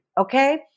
okay